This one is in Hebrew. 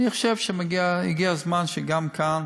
אני חושב שהגיע הזמן שגם כאן